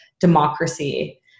democracy